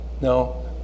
no